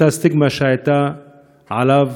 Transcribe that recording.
אותה סטיגמה שהייתה לו,